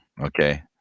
okay